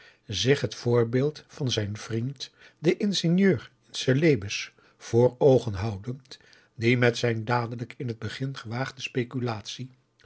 zich het voorbeeld van zijn vriend den ingenieur in celebes voor oogen augusta de wit orpheus in de dessa houdend die met zijn dadelijk in het begin gewaagde speculatie